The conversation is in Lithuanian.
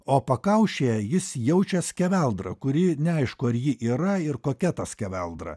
o pakaušyje jis jaučia skeveldrą kuri neaišku ar ji yra ir kokia ta skeveldra